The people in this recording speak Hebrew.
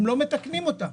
הם לא מתקנים אותה.